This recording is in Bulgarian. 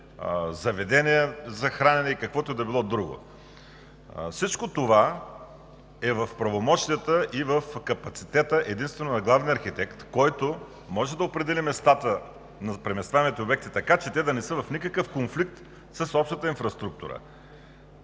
заведения за хранене и каквото и да било друго. Всичко това е в правомощията и в капацитета единствено на главния архитект, който може да определи местата на преместваемите обекти, така че те да не са в никакъв конфликт с общата инфраструктура.